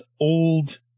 old